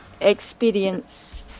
experience